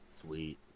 sweet